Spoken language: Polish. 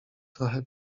trochę